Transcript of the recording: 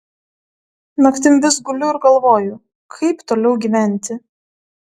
naktim vis guliu ir galvoju kaip toliau gyventi